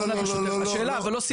לא,